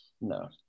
No